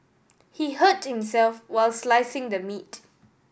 he hurt himself while slicing the meat